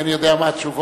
כי אני יודע מה התשובות.